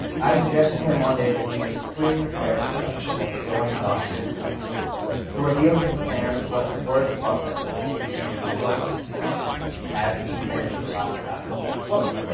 i suggested to him one day that he use a screen sharing site called join dot me to reveal to his fans what his word processor screen looked like as he finished the last chapter of his book.